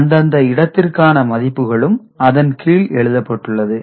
அந்தந்த இடத்திற்கான மதிப்புகளும் அதன் கீழ் எழுதப்பட்டுள்ளது